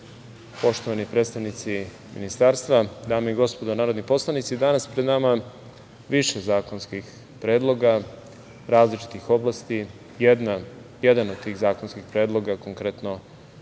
poštovani predstavnici Ministarstva, dame i gospodo narodni poslanici, danas pred nama je više zakonskih predloga različitih oblasti. Jedan od tih zakonskih predloga, konkretno